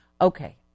okay